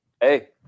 Hey